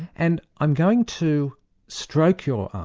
and i'm going to stroke your